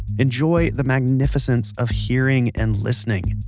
enjoy the magnificence of hearing and listening.